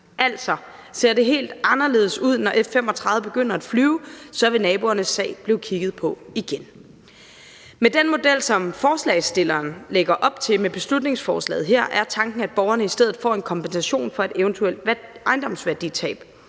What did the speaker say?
Altså, ser det helt anderledes ud, når F 35 begynder at flyve, så vil naboernes sag blive kigget på igen. Med den model, som forslagsstillerne lægger op til med beslutningsforslaget her, er tanken, at borgerne i stedet får en kompensation for et eventuelt ejendomsværditab.